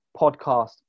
podcast